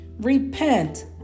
Repent